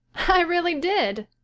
i really did.